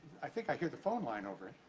i think i hear the phone line over.